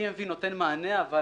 EMV נותן מענה אבל